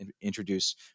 introduce